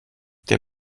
der